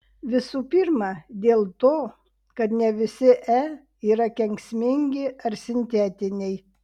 visų pirma dėl to kad ne visi e yra kenksmingi ar sintetiniai